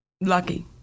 lucky